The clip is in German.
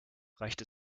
reicht